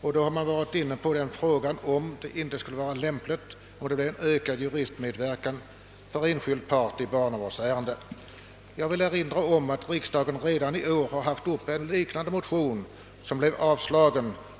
Man har då varit inne på frågan, om det inte skulle vara lämpligt med en ökad juristmedverkan för enskild part i barnavårdsärenden. Jag vill erinra om att riksdagen i år redan har behandlat en liknande motion, som blev avslagen.